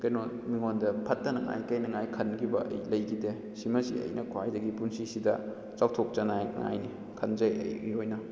ꯀꯩꯅꯣ ꯃꯤꯉꯣꯟꯗ ꯐꯠꯇꯅꯉꯥꯏ ꯀꯩꯅꯉꯥꯏ ꯈꯟꯈꯤꯕ ꯑꯩ ꯂꯩꯈꯤꯗꯦ ꯁꯤꯃꯁꯤ ꯑꯩꯅ ꯈ꯭ꯋꯥꯏꯗꯒꯤ ꯄꯨꯟꯁꯤꯁꯤꯗ ꯆꯥꯎꯊꯣꯛꯆꯅꯉꯥꯏ ꯉꯥꯏꯅꯤ ꯈꯟꯖꯩ ꯑꯩꯒꯤ ꯑꯣꯏꯅ